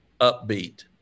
upbeat